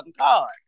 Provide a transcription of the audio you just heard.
card